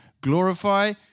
glorify